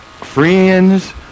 friends